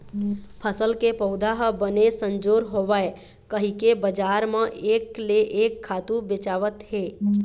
फसल के पउधा ह बने संजोर होवय कहिके बजार म एक ले एक खातू बेचावत हे